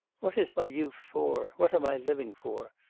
what is my youth for, what am i living for,